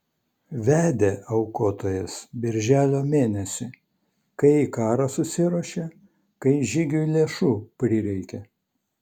vedė aukotojas birželio mėnesį kai į karą susiruošė kai žygiui lėšų prireikė